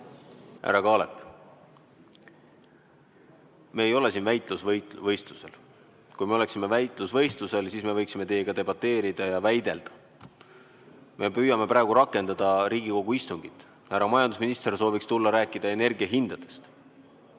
Härra Kaalep! Me ei ole siin väitlusvõistlusel. Kui me oleksime väitlusvõistlusel, siis me võiksime teiega debateerida ja väidelda. Me püüame praegu rakendada Riigikogu istungit. Härra majandusminister sooviks tulla ja rääkida energiahindadest.